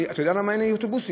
אתה יודע למה אין לי אוטובוסים?